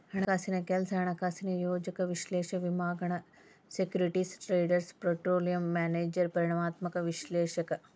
ಹಣಕಾಸಿನ್ ಕೆಲ್ಸ ಹಣಕಾಸಿನ ಯೋಜಕ ವಿಶ್ಲೇಷಕ ವಿಮಾಗಣಕ ಸೆಕ್ಯೂರಿಟೇಸ್ ಟ್ರೇಡರ್ ಪೋರ್ಟ್ಪೋಲಿಯೋ ಮ್ಯಾನೇಜರ್ ಪರಿಮಾಣಾತ್ಮಕ ವಿಶ್ಲೇಷಕ